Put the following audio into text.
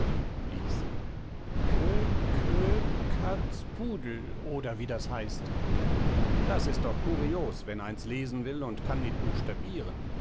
liest k k katz pu del oder wie das heißen mag das ist doch curios wenn eins lesen will und kann nit